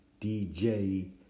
DJ